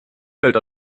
fällt